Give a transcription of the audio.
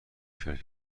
کرد